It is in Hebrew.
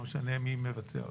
לא משנה מי מבצע אותן.